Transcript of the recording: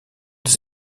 des